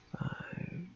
five